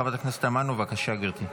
חברת הכנסת תמנו, בבקשה, גברתי.